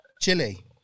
Chile